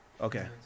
okay